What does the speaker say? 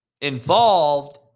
involved